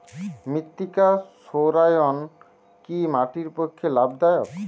মৃত্তিকা সৌরায়ন কি মাটির পক্ষে লাভদায়ক?